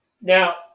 Now